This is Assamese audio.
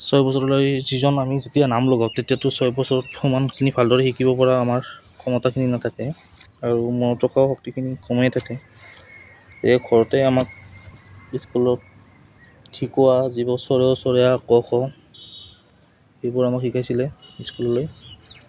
ছয় বছৰলৈ যিজন আমি যেতিয়া নাম লগাও তেতিয়াতো ছয় বছৰত সমানখিনি ভালদৰে শিকিব পৰা আমাৰ ক্ষমতাখিনি নাথাকে আৰু মনত ৰখাও শক্তিখিনি কমেই থাকে এই ঘৰতে আমাক স্কুলত শিকোৱা যিবোৰ ক খ সেইবোৰ আমাক শিকাইছিলে স্কুললৈ